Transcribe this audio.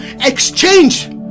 exchange